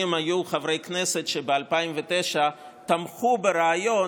מי היו חברי הכנסת שב-2009 תמכו ברעיון